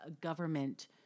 government